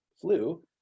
flu